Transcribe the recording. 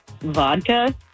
vodka